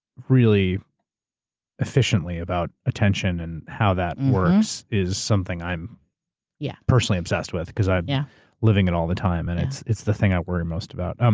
really efficiently about attention and how that works, is something i'm yeah personally obsessed with, because i'm yeah living it all the time, and it's it's the thing i worry most about.